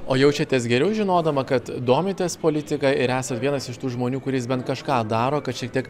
o jaučiatės geriau žinodama kad domitės politika ir esat vienas iš tų žmonių kuris bent kažką daro kad šiek tiek